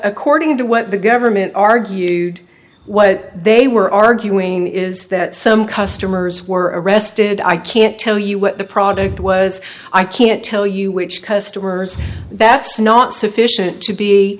according to what the government argued what they were arguing is that some customers were sted i can't tell you what the product was i can't tell you which customers that's not sufficient to be